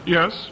Yes